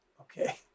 Okay